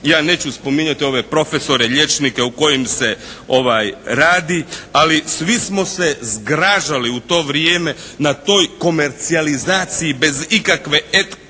Ja neću spominjati ove profesore, liječnike o kojim se radi, ali svi smo se zgražali u to vrijeme na toj komercijalizaciji bez ikakve etike